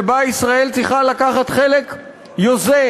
שבה ישראל צריכה לקחת חלק יוזם,